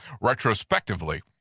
retrospectively